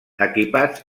equipats